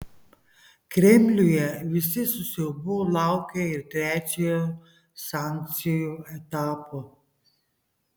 kremliuje visi su siaubu laukia ir trečiojo sankcijų etapo